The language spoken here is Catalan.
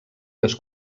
les